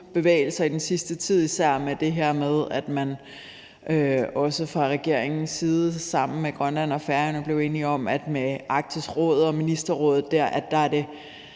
bevægelser i den sidste tid, især det her med, at man også fra regeringens side sammen med Grønland og Færøerne blev enige om, at med Arktisk Råd og ministerrådet kan man bytte